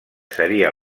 seria